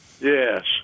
Yes